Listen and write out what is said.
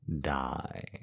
die